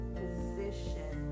position